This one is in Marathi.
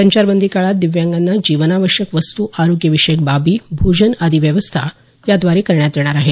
संचारबंदी काळात दिव्यांगाना जीवनावश्यक वस्तू आरोग्यविषयक बाबी भोजन आदी व्यवस्था याद्वारे करण्यात येणार आहे